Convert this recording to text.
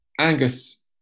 Angus